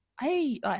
Hey